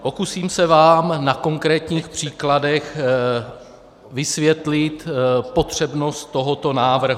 Pokusím se vám na konkrétních příkladech vysvětlit potřebnost tohoto návrhu.